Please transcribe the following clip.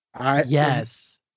Yes